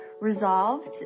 resolved